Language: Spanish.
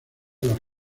las